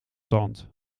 tand